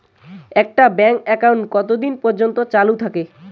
একটা bank account কতদিন পর্যন্ত চালু থাকে?